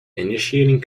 initiating